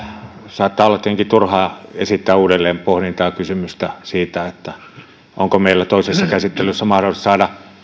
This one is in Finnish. saattaa olla tietenkin turhaa esittää uudelleenpohdintaa kysymystä siitä onko meillä toisessa käsittelyssä mahdollista saada